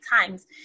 times